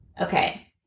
Okay